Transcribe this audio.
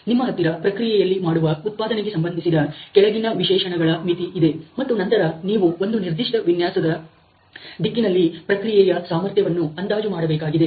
ನಿಮ್ಮ ಹತ್ತಿರ ಪ್ರಕ್ರಿಯೆಯಲ್ಲಿ ಮಾಡುವ ಉತ್ಪಾದನೆಗೆ ಸಂಬಂಧಿಸಿದ ಕೆಳಗಿನ ವಿಶೇಷಣಗಳ ಮಿತಿ ಇದೆ ಮತ್ತು ನಂತರ ನೀವು ಒಂದು ನಿರ್ದಿಷ್ಟ ವಿನ್ಯಾಸದ ದಿಕ್ಕಿನಲ್ಲಿ ಪ್ರಕ್ರಿಯೆಯ ಸಾಮರ್ಥ್ಯವನ್ನು ಅಂದಾಜು ಮಾಡಬೇಕಾಗಿದೆ